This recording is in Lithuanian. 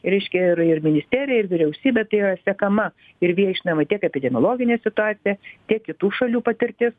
reiškia ir ir ministerija ir vyriausybė tai yra sekama ir viešinama tiek epidemiologinė situacija tiek kitų šalių patirtis